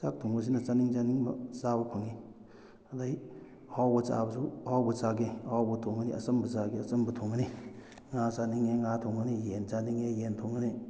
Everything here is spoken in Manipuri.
ꯆꯥꯛ ꯊꯣꯡꯕꯁꯤꯅ ꯆꯥꯅꯤꯡ ꯆꯥꯅꯤꯡꯕ ꯆꯥꯕ ꯐꯪꯉꯤ ꯑꯗꯩ ꯑꯍꯥꯎꯕ ꯆꯥꯕꯁꯨ ꯑꯍꯥꯎꯕ ꯆꯥꯒꯦ ꯑꯍꯥꯎꯕ ꯊꯣꯡꯉꯅꯤ ꯑꯆꯝꯕ ꯆꯥꯒꯦ ꯑꯆꯝꯕ ꯊꯣꯡꯉꯅꯤ ꯉꯥ ꯆꯥꯅꯤꯡꯉꯦ ꯉꯥ ꯊꯣꯡꯉꯅꯤ ꯌꯦꯟ ꯆꯥꯅꯤꯡꯉꯦ ꯌꯦꯟ ꯊꯣꯡꯉꯅꯤ